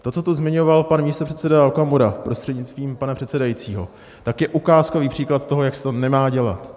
To, co tu zmiňoval pan místopředseda Okamura prostřednictvím pana předsedajícího, je ukázkový příklad toho, jak se to nemá dělat.